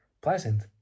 pleasant